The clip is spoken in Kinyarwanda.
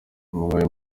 muhaye